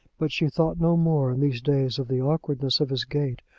but she thought no more in these days of the awkwardness of his gait,